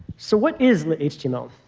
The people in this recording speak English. so what is lit-html?